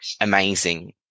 amazing